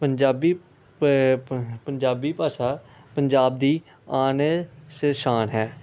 ਪੰਜਾਬੀ ਪ ਪੰਜਾਬੀ ਭਾਸ਼ਾ ਪੰਜਾਬ ਦੀ ਆਨ ਅਤੇ ਸ਼ਾਨ ਹੈ